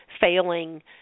failing